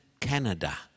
Canada